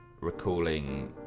recalling